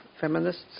feminists